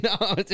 no